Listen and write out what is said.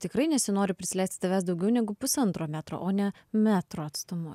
tikrai nesinori prisileisti tavęs daugiau negu pusantro metro o ne metro atstumu